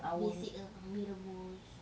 basic ah mee rebus